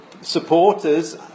supporters